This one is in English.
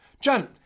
John